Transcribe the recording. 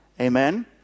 Amen